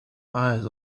eyes